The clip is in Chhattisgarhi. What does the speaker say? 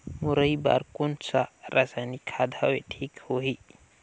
मुरई बार कोन सा रसायनिक खाद हवे ठीक होही?